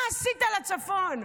מה עשית לצפון?